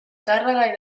càrrega